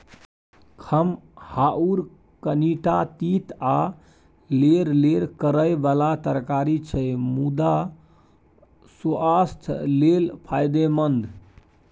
खमहाउर कनीटा तीत आ लेरलेर करय बला तरकारी छै मुदा सुआस्थ लेल फायदेमंद